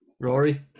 Rory